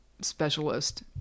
specialist